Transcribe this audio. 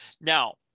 Now